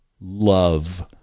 love